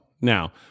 Now